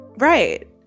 Right